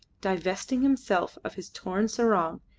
divesting himself of his torn sarong,